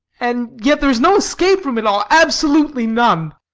and yet there is no escape from it all, absolutely none.